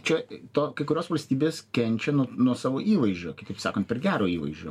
čia to kai kurios valstybės kenčia nuo savo įvaizdžio kitaip sakant per gero įvaizdžio